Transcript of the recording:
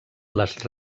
les